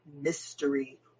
mystery